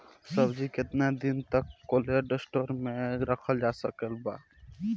सब्जी केतना दिन तक कोल्ड स्टोर मे रखल जा सकत बा?